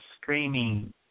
screaming